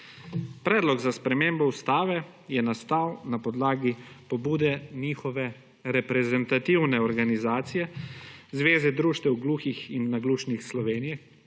Predlog za spremembo ustave je nastal na podlagi pobude njihove reprezentativne organizacije Zveze društev gluhih in naglušnih Slovenije,